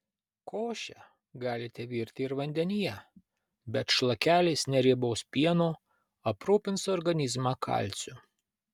košę galite virti ir vandenyje bet šlakelis neriebaus pieno aprūpins organizmą kalciu